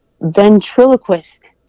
ventriloquist